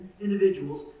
individuals